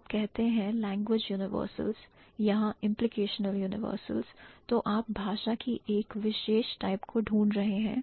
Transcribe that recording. जब आप कहते हैं language universals यहां implicational universals तो आप भाषा की एक विशेष टाइप को ढूंढ रहे हैं